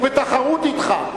הוא בתחרות אתך.